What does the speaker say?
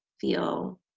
feel